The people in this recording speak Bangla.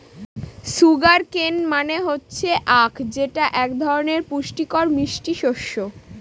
সুগার কেন মানে হচ্ছে আঁখ যেটা এক ধরনের পুষ্টিকর মিষ্টি শস্য